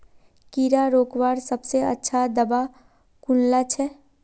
कीड़ा रोकवार सबसे अच्छा दाबा कुनला छे?